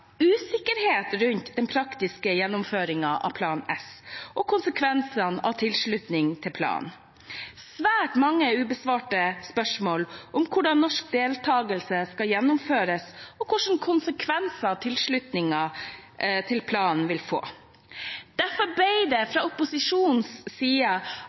usikkerhet rundt den praktiske gjennomføringen av Plan S og konsekvensene av tilslutning til planen. Det er svært mange ubesvarte spørsmål om hvordan norsk deltagelse skal gjennomføres, og hvilke konsekvenser tilslutningen til planen vil få. Derfor ble det fra opposisjonens side